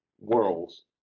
worlds